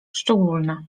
szczególne